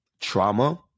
trauma